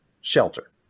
shelter